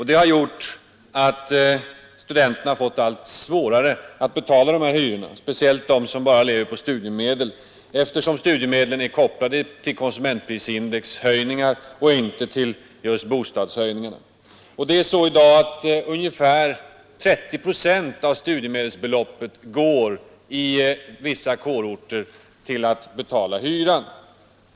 Det har gjort att studenterna har fått allt svårare att betala hyrorna, speciellt de som bara lever på studiemedel, eftersom studiemedlen är kopplade till konsumentprisindexhöjningarna och inte till hyreshöjningarna. I dag går ungefär 30 procent av studiemedelsbeloppet till att betala hyran.